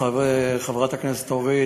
חברת הכנסת אורית,